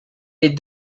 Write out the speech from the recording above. les